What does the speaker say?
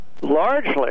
largely